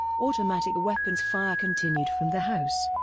automatic weapons fire continued from the house.